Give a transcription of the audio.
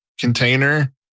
container